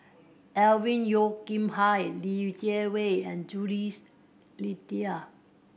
Alvin Yeo Khirn Hai Li Jiawei and Jules Itier